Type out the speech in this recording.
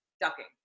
ducking